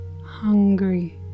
hungry